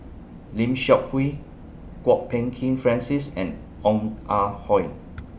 Lim Seok Hui Kwok Peng Kin Francis and Ong Ah Hoi